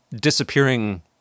disappearing